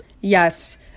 Yes